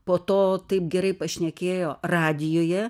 po to taip gerai pašnekėjo radijuje